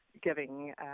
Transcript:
giving